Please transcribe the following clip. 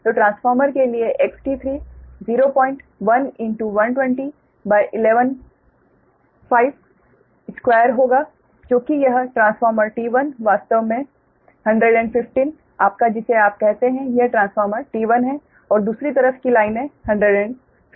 तो ट्रांसफॉर्मर के लिए XT3 010120 2 होगा क्योंकि यह ट्रांसफॉर्मर T1 वास्तव मे 115 आपका जिसे आप कहते हैं यह ट्रांसफॉर्मर T1 है और दूसरी तरफ की लाइनें 115 हैं